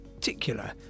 particular